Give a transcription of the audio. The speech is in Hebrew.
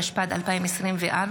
התשפ"ד 2024,